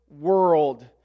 world